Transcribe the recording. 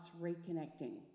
reconnecting